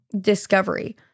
discovery